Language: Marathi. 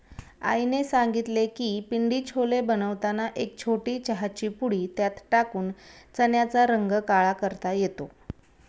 आईने सांगितले की पिंडी छोले बनवताना एक छोटी चहाची पुडी त्यात टाकून चण्याचा रंग काळा करता येतो